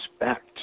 respect